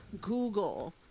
Google